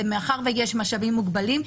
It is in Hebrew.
ומאחר שיש משאבים מוגבלים,